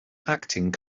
acting